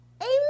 Amen